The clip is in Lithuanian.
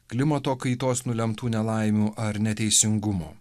klimato kaitos nulemtų nelaimių ar neteisingumo